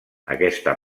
aquesta